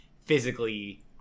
physically